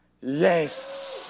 Yes